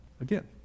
again